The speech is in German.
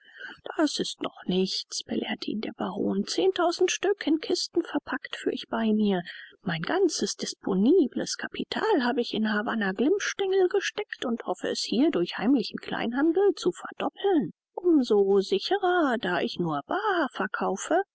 das ist noch nichts belehrte ihn der baron zehntausend stück in kisten verpackt führ ich bei mir mein ganzes disponibles capital hab ich in havannah glimmstengel gesteckt und hoffe es hier durch heimlichen kleinhandel zu verdoppeln um so sicherer da ich nur baar verkaufe